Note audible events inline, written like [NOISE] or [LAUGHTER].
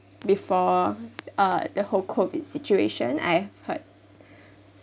before uh the whole COVID situation I've heard [BREATH]